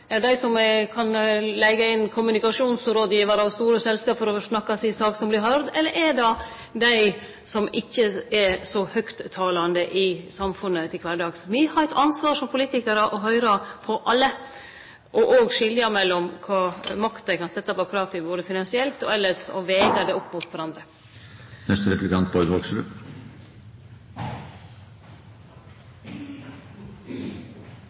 dei som kan leige inn kommunikasjonsrådgivarar og store selskap for å snakke si sak, som vil verte høyrde, eller er det dei som ikkje er så høgttalande i samfunnet til kvardags? Me som politikarar har eit ansvar for å høyre på alle, og òg skilje mellom kva for makt dei kan setje bak krava – både finansielt og elles – og så vege det opp mot